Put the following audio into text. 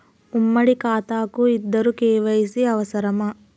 ఉమ్మడి ఖాతా కు ఇద్దరు కే.వై.సీ అవసరమా?